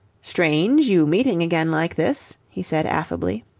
strange you meeting again like this, he said affably.